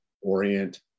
orient